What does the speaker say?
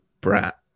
brat